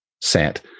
set